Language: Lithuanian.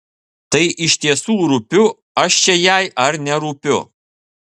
tai iš tiesų rūpiu aš čia jai ar nerūpiu